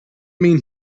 mean